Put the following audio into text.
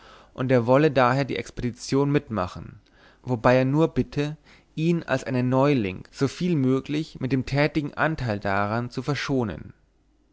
und er wolle daher die expedition mitmachen wobei er nur bitte ihn als einen neuling soviel möglich mit dem tätigen anteil daran zu verschonen